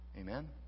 Amen